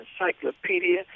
encyclopedia